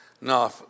No